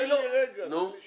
תן לי רגע, תן לי שנייה.